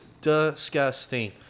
disgusting